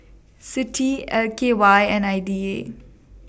CITI L K Y and I D A